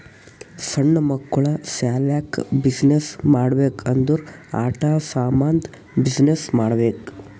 ಸಣ್ಣು ಮಕ್ಕುಳ ಸಲ್ಯಾಕ್ ಬಿಸಿನ್ನೆಸ್ ಮಾಡ್ಬೇಕ್ ಅಂದುರ್ ಆಟಾ ಸಾಮಂದ್ ಬಿಸಿನ್ನೆಸ್ ಮಾಡ್ಬೇಕ್